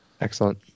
Excellent